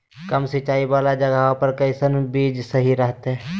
कम सिंचाई वाला जगहवा पर कैसन बीज सही रहते?